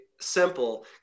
simple